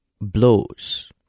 Blows